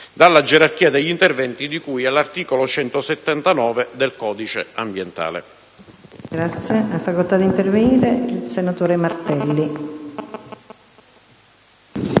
dalla gerarchia degli interventi di cui all'articolo 179 del codice ambientale.